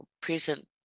present